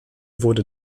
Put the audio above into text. wurde